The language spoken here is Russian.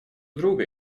друга